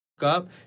up